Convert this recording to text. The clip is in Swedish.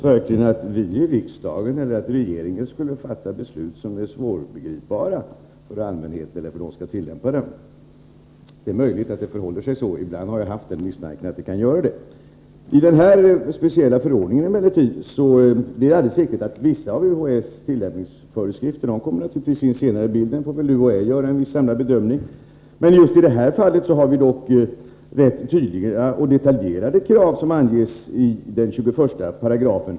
Herr talman! Menar statsrådet verkligen att riksdagen eller regeringen skulle fatta beslut som är svåra att begripa för allmänheten eller för dem som skall tillämpa besluten? Det är möjligt att det förhåller sig så. Ibland har jag haft den misstanken. När det gäller denna speciella förordning är det alldeles riktigt att vissa av UHÄ:s tillämpningsföreskrifter naturligtvis kommer in i bilden senare. UHÄ får väl göra en viss samlad bedömning. Just i det här fallet är det dock rätt tydliga och detaljerade krav som anges i förordningen.